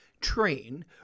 train